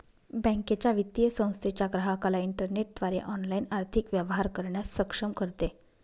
बँकेच्या, वित्तीय संस्थेच्या ग्राहकाला इंटरनेटद्वारे ऑनलाइन आर्थिक व्यवहार करण्यास सक्षम करते